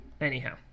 Anyhow